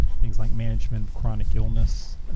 things like management of chronic illness,